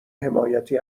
حمایتی